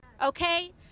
okay